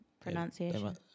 Pronunciation